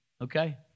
okay